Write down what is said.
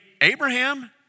Abraham